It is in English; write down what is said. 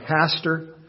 pastor